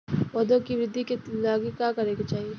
पौधों की वृद्धि के लागी का करे के चाहीं?